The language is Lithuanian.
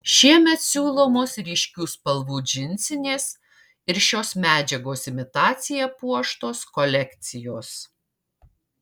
šiemet siūlomos ryškių spalvų džinsinės ir šios medžiagos imitacija puoštos kolekcijos